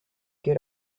get